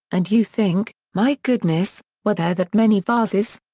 and you think, my goodness, were there that many vases?